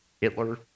Hitler